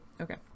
Okay